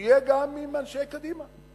שיהיה גם עם אנשי קדימה.